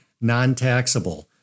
non-taxable